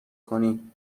کنی